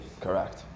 Correct